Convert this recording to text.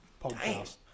podcast